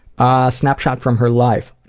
ah snapshot from her life.